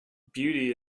beauty